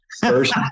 first